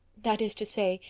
that is to say,